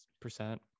percent